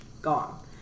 Gone